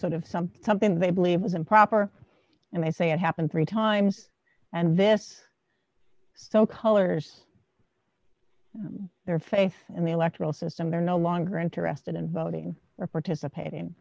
sort of something something they believe was improper and they say it happened three times and this so colors their faith in the electoral system they're no longer interested in voting or participating